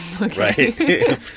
right